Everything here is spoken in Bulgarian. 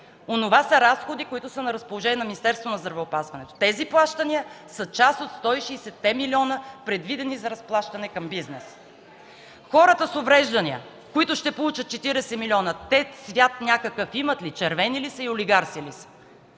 Онова са разходи, които са на разположение на Министерството на здравеопазването. Тези плащания са част от 160-те милиона, предвидени за разплащане към бизнеса. Хората с увреждания, които ще получат 40 милиона. Те цвят някакъв имат ли? Червени ли са и олигарси ли са?